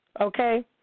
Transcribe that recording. Okay